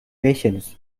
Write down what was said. patience